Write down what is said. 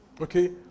Okay